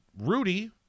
Rudy